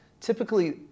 typically